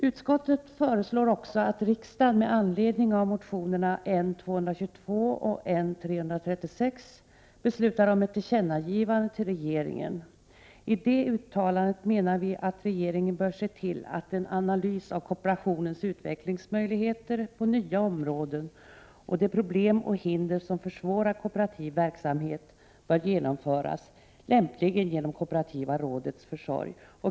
Utskottet föreslår också att riksdagen med anledning av motionerna N222 och N336 skall besluta om ett tillkännagivande till regeringen. I det uttalandet menar vi att regeringen bör se till att en analys av kooperationens utvecklingsmöjligheter på nya områden och de problem och hinder som försvårar kooperativ verksamhet genomförs, lämpligen genom kooperativa rådets försorg.